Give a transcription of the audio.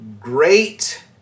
great